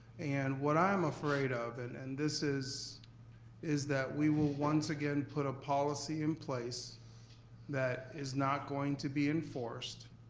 and what i'm afraid of, and and this is is that we will once again put a policy in place that is not going to be enforced,